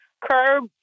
curb